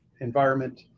environment